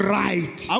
right